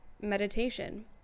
meditation